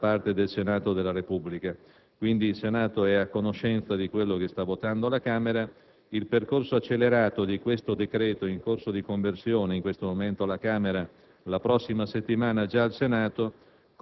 da parte del Senato della Repubblica. Quindi, il Senato è a conoscenza di quello che sta votando la Camera. Il percorso accelerato del decreto in corso di conversione in questo momento alla Camera (la prossima settimana sarà già al Senato)